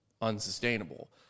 unsustainable